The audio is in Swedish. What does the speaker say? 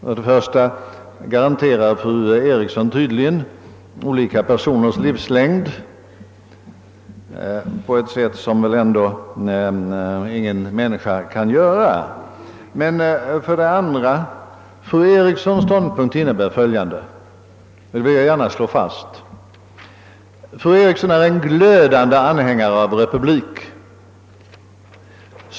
För det första garanterar fru Eriksson tydligen olika personers livslängd på ett sätt som i verkligheten ingen kan göra. För det andra vill jag gärna slå fast att fru Eriksson är en glödande anhängare av republik.